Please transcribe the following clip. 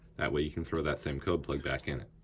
that way you can throw that same code plug back in.